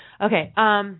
okay –